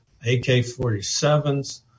AK-47s